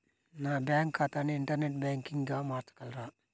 నా బ్యాంక్ ఖాతాని ఇంటర్నెట్ బ్యాంకింగ్గా మార్చగలరా?